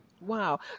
wow